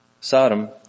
Sodom